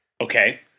Okay